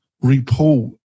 report